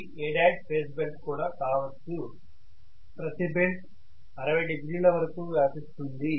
ఇది A' phase belt కూడా కావచ్చు ప్రతి బెల్ట్ 60 డిగ్రీల వరకు వ్యాపిస్తుంది